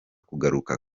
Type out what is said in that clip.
kugaruka